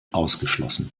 ausgeschlossen